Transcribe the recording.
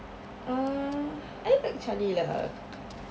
uh I will pick charli lah